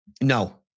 No